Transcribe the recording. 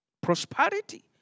Prosperity